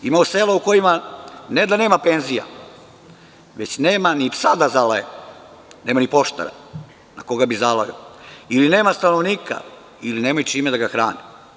Ima sela u kojima ne da nema penzija već nema ni psa da zalaje, nema ni poštara na koga bi zalajao ili nema stanovnika ili nemaju čime da ga hrane.